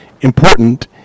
important